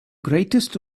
greatest